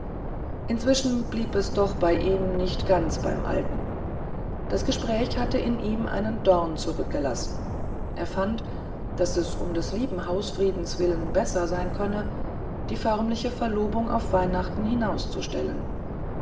inzwischen blieb es doch bei ihm nicht so ganz beim alten das gespräch hatte in ihm einen dorn zurückgelassen er fand daß es um des lieben hausfriedens willen besser sein könne die förmliche verlobung auf weihnacht hinauszustellen